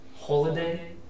holiday